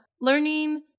learning